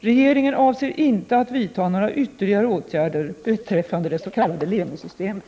Regeringen avser inte att vidta några ytterligare åtgärder beträffande det s.k. Lemi-systemet.